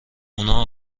اونا